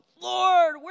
Lord